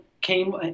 came